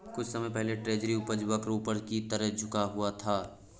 कुछ समय पहले ट्रेजरी उपज वक्र ऊपर की तरफ झुका हुआ था